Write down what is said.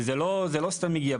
וזה לא סתם הגיע.